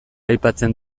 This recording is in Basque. aipatzen